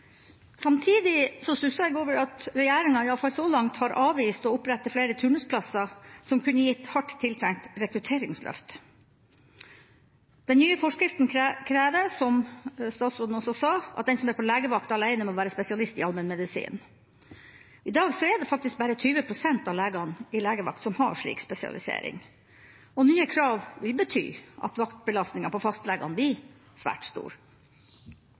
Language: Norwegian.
Samtidig stusser jeg over at regjeringa iallfall så langt har avvist å opprette flere turnusplasser, som kunne gitt et hardt tiltrengt rekrutteringsløft. Den nye forskriften krever, som statsråden også sa, at den som er på legevakt alene, må være spesialist i allmennmedisin. I dag er det faktisk bare ca. 20 pst. av legene i legevakt som har slik spesialisering, og nye krav vil bety at vaktbelastninga på fastlegene blir svært